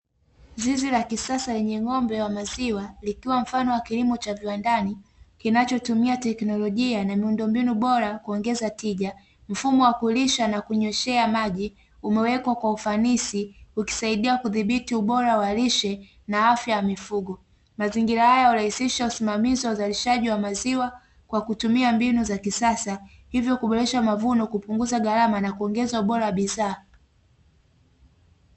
Zizi la kisasa lenye ng'ombe wa maziwa likiwa mfano wa kilimo cha viwandani kinachotumia teknolojia na miundombinu bora kuongeza tija. Mfumo wa kulisha na kunyweshea maji umewekwa kwa ufanisi ukisaidia kudhibiti ubora wa lishe na afya ya mifugo. Mazingira haya hurahisisha usimamizi wa uzalishaji wa maziwa kwa kutumia mbinu za kisasa hivyo kuboresha mavuno, kupunguza gharama na kuongeza ubora wa bidhaa.